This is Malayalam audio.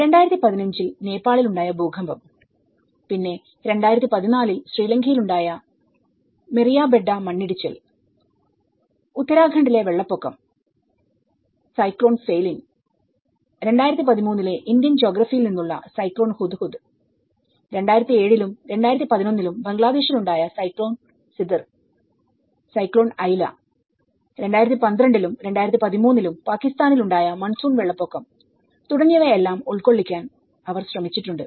2015 ൽ നേപ്പാളിൽ ഉണ്ടായ ഭൂകമ്പം പിന്നെ 2014 ൽ ശ്രീലങ്കയിൽ ഉണ്ടായ മെറിയാബെഡ്ഡ മണ്ണിടിച്ചിൽഉത്തരഖണ്ഡ് ലെ വെള്ളപ്പൊക്കം സൈക്ലോൺ ഫെയിലിൻ 2013ലെ ഇന്ത്യൻ ജോഗ്രഫി യിൽ നിന്നുള്ള സൈക്ലോൺ ഹുദ്ഹുദ് 2007 ലും 2011 ലും ബംഗ്ലാദേശിൽ ഉണ്ടായ സൈക്ലോൺ സിദ്ർഉം സൈക്ലോൺ ഐല 2012 ലും 2013 ലും പാകിസ്ഥാനിൽ ഉണ്ടായ മൺസൂൺ വെള്ളപ്പൊക്കം തുടങ്ങിയവ എല്ലാം ഉൾകൊള്ളിക്കാൻ അവർ ശ്രമിച്ചിട്ടുണ്ട്